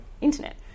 internet